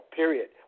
period